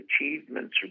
achievements